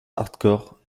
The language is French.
hardcore